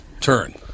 Turn